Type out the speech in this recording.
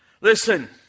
Listen